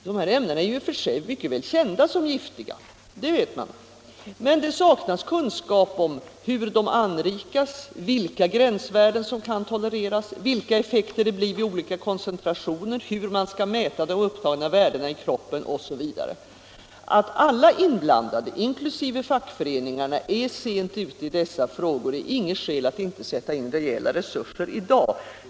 Dessa ämnen är i och för sig kända som giftiga — men det saknas kunskap om hur de anrikas, vilka gränsvärden som kan tolereras, vilka effekter det blir vid olika koncentrationer, hur man skall mäta de upptagna värdena i kroppen osv. Att alla inblandade, inkl. fackföreningarna, är sent ute i dessa frågor är inget skäl att inte sätta in rejäla resurser i dag.